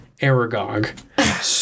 Aragog